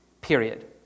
period